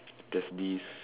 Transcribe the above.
there's this